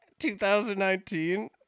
2019